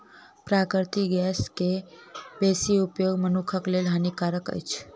प्राकृतिक गैस के बेसी उपयोग मनुखक लेल हानिकारक अछि